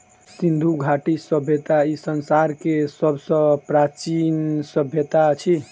सिंधु घाटी सभय्ता ई संसार के सब सॅ प्राचीन सभय्ता अछि